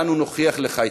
ואנו נוכיח לך,